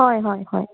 हय हय हय